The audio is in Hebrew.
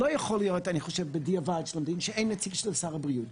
אני חושב בדיעבד שלא יכול להיות שאין נציג של שר הבריאות.